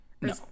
no